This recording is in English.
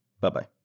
Bye-bye